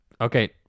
Okay